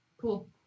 Cool